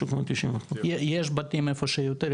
יש בתים איפה שיותר,